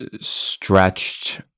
stretched